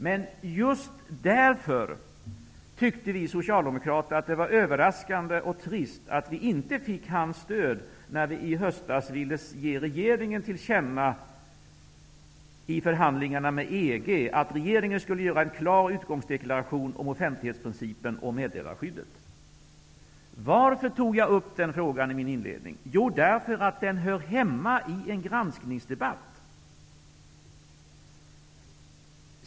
Men just därför tyckte vi socialdemokrater att det var överraskande och trist att vi inte fick hans stöd när vi i höstas ville ge regeringen till känna att den, i förhandlingarna med EG, skulle göra en klar utgångsdeklaration om offentlighetsprincipen och meddelarskyddet. Varför tog jag upp den frågan i min inledning? Jo, därför att den hör hemma i en granskningsdebatt.